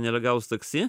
neragaus taksi